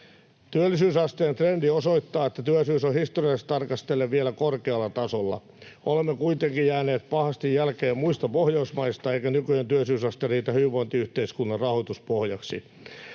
Työllisyysasteen trendi osoittaa, että työllisyys on historiallisesti tarkastellen vielä korkealla tasolla. Olemme kuitenkin jääneet pahasti jälkeen muista Pohjoismaista, eikä nykyinen työllisyysaste riitä hyvinvointiyhteiskunnan rahoituspohjaksi.